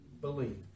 believe